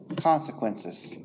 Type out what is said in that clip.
consequences